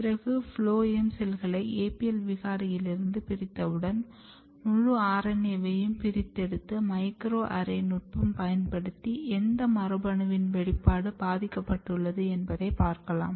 பிறகு ஃபுளோயம் செல்களை APL விகாரியிலிருந்து பிரித்தவுடன் முழு RNA வையும் பிரித்தெடுத்து மைக்ரோஅரே நுட்பம் பயன்படுத்தி எந்த மரபணுவின் வெளிப்பாடு பாதிக்கப்பட்டுள்ளது என்பதை பார்க்கலாம்